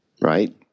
right